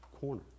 corner